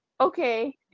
okay